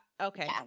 Okay